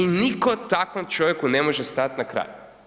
I nitko takvom čovjeku ne može stati na kraj.